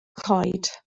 coed